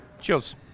Cheers